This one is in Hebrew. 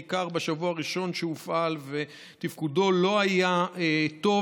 בעיקר בשבוע הראשון שהוא הופעל ותפקודו לא היה טוב.